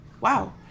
wow